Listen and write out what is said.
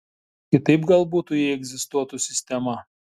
kitaip gal butų jei egzistuotų sistema